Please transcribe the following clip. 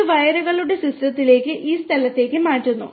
ഇത് വയറുകളുടെ സിസ്റ്റത്തിലേക്ക് ഈ സ്ഥലത്തേക്ക് മാറ്റുന്നു